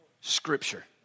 Scripture